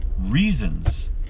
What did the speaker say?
reasons